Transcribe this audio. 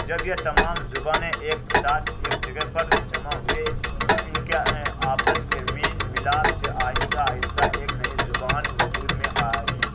جب یہ تمام زبانیں ایک ساتھ ایک جگہ پر جمع ہوئے تو ان کے آپس کے میل ملاپ سے آہستہ آہستہ ایک نئی زبان وجود میں آئی